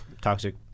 Toxic